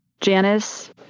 Janice